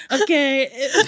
Okay